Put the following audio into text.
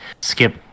skip